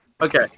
okay